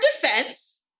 defense